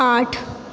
आठ